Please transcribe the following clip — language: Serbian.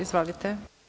Izvolite.